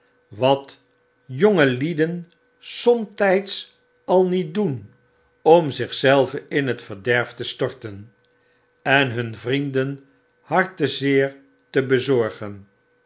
wat jongelieden somtyds al niet doen om zich zelve in net verderf te storten en hun vrienden bartzeer te bezorgen